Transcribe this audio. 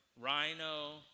Rhino